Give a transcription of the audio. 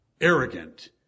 arrogant